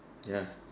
ya